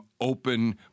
open